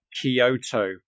Kyoto